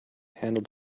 handed